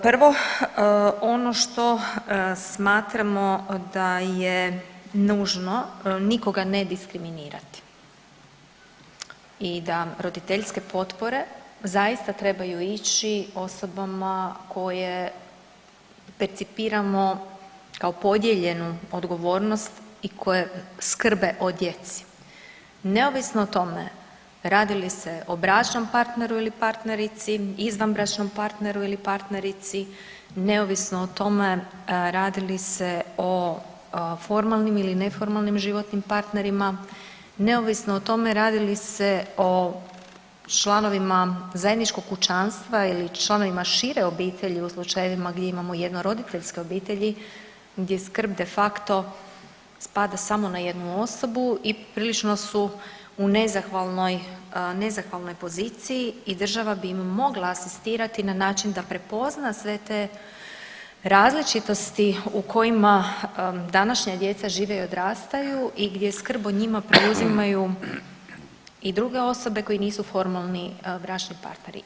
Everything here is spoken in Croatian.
Prvo ono što smatramo da je nužno nikoga ne diskriminirati i da roditeljske potpore zaista trebaju ići osobama koje percipiramo kao podijeljenu odgovornost i koje skrbe o djeci, neovisno o tome radi li se o bračnom partneru ili partnerici, izvanbračnom partneru ili partnerici, neovisno o tome radi li se o formalnim ili neformalnim životnim partnerima, neovisno o tome radi li se o članovima zajedničkog kućanstva ili članovima šire obitelji u slučajevima gdje imamo jednoroditeljske obitelji gdje skrb de facto spada samo na jednu osobu i prilično su u nezahvalnoj, nezahvalnoj poziciji i država bi im mogla asistirati na način da prepozna sve te različitosti u kojima današnja djeca žive i odrastaju i gdje skrb o njima preuzimaju i druge osobe koje nisu formalni bračni partneri.